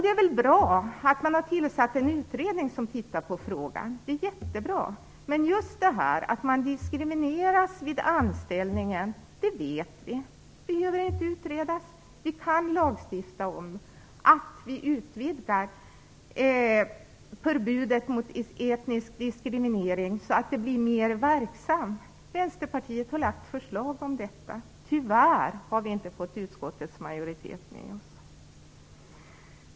Det är bra att en utredning som skall titta på frågan är tillsatt. Det är jättebra. Men vi vet redan att invandrare diskrimineras vid anställningar. Det behöver inte utredas. Riksdagen kan lagstifta om ett utvidgat förbud mot etnisk diskriminering, så att det blir mer verksamt. Vänsterpartiet har lagt fram förslag om detta. Tyvärr har vi inte fått utskottets majoritet med oss.